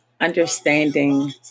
Understanding